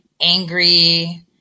angry